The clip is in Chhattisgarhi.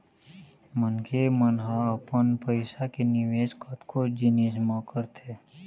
मनखे मन ह अपन पइसा के निवेश कतको जिनिस म करथे